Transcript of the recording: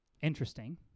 interesting